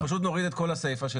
אנחנו פשוט נוריד את כל הסייפה של